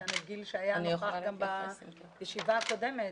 נמצא כאן גיל שהיה נוכח בדיון הקודם.